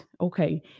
Okay